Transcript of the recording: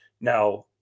Now